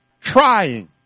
trying